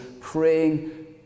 praying